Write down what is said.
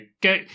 go